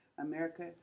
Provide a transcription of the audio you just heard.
America